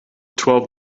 twelve